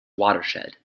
watershed